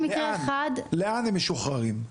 לאן הם משוחררים?